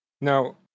Now